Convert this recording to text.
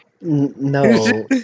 No